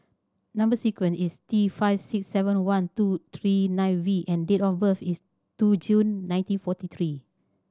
number sequence is T five six seven one two three nine V and date of birth is two June nineteen forty three